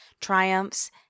triumphs